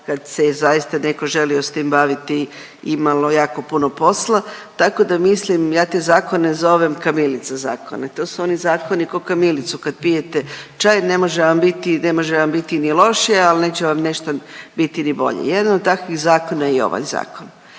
kad se zaista netko želio s tim baviti, imalo jako puno posla tako da mislim ja te zakone zovem kamilica zakone. To su oni zakoni ko kamilicu kad pijete čaj, ne može vam biti, ne može vam biti ni lošije ali neće vam nešto biti ni bolje. Jedan od takvih zakona je i ovaj zakon.